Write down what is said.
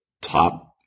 top